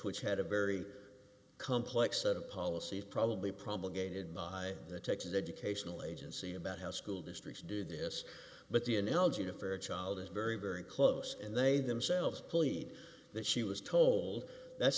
which had a very complex set of policies probably probably gated by the texas educational agency about how school districts do this but the analogy that for a child is very very close and they themselves plead that she was told that